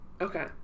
Okay